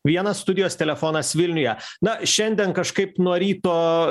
vienas studijos telefonas vilniuje na šiandien kažkaip nuo ryto